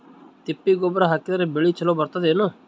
ತಿಪ್ಪಿ ಗೊಬ್ಬರ ಹಾಕಿದರ ಬೆಳ ಚಲೋ ಬೆಳಿತದೇನು?